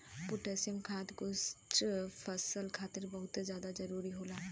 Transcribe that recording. potassium खाद कुछ फसल खातिर बहुत जादा जरूरी होला